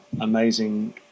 amazing